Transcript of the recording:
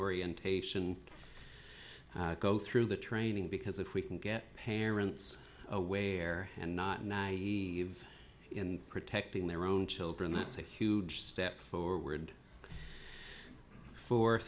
orientation go through the training because if we can get parents away there and not naive in protecting their own children that's a huge step forward